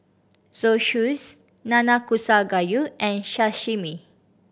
Zosui Nanakusa Gayu and Sashimi